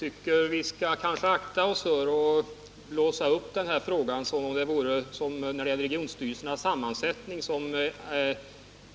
Herr talman! Vi skall akta oss för att blåsa upp denna fråga. Man säger t.ex. när det gäller regionstyrelsernas sammansättning